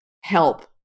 help